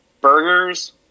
burgers